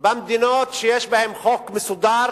במדינות שיש בהן חוק מסודר,